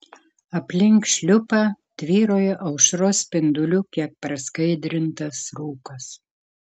aplink šliupą tvyrojo aušros spindulių kiek praskaidrintas rūkas